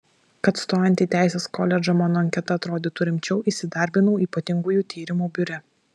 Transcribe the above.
kad stojant į teisės koledžą mano anketa atrodytų rimčiau įsidarbinau ypatingųjų tyrimų biure